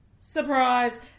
surprise